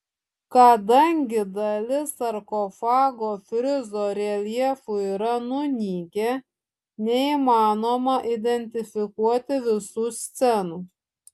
kadangi dalis sarkofago frizo reljefų yra nunykę neįmanoma identifikuoti visų scenų